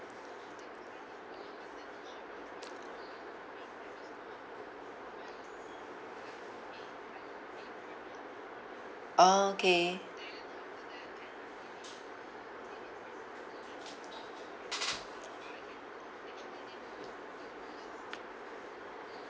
orh K